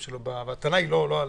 הטענה היא לא אליך.